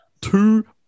two